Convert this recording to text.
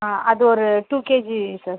அது ஒரு two KG sir